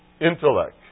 Intellect